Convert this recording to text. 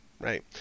right